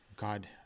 God